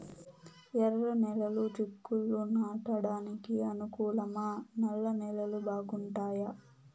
ఎర్రనేలలు చిక్కుళ్లు నాటడానికి అనుకూలమా నల్ల నేలలు బాగుంటాయా